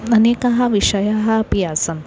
अनेकाः विषयाः अपि आसन्